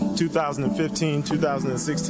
2015-2016